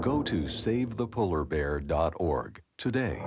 go to save the polar bear dot org today